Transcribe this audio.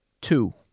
Two